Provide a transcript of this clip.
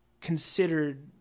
considered